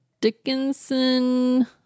Dickinson